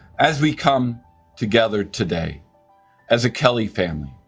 as we come together today as a kelley family,